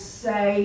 say